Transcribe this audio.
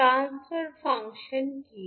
transfer function key